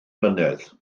mlynedd